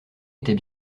était